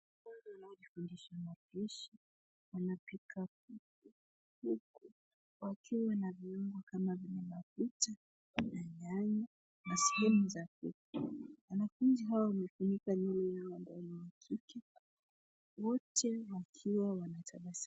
Watu wanaojifundisha mapishi wanapika huku wakiwa na viungo kama vile mafuta na nyanya. Wanafunzi hawa wamefunika nywele yao mbele na mkiki wote wakiwa wanatabasamu.